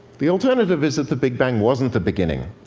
the alternative is that the big bang wasn't the beginning.